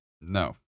No